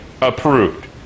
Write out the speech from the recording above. approved